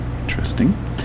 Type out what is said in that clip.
Interesting